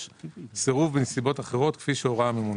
סירוב בנסיבות אחרות כפי שהורה הממונה.